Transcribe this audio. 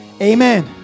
Amen